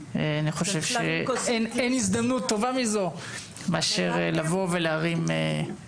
ובבקשה אין הזדמנות טובה מזו מאשר להרים כוס יין.